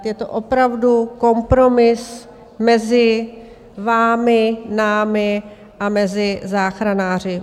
Je to opravdu kompromis mezi vámi, námi a mezi záchranáři.